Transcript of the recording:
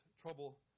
trouble